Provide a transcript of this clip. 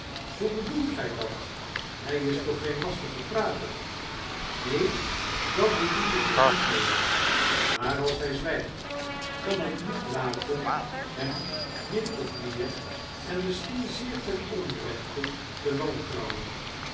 hoe bedoelt gij dat hij is toch geenlastige prater neen dat bedoel ik er niet mede maar als hij zwijgt kan ik niet laten hem minofmeer en misschien zeer ten onrechte te wantrouwen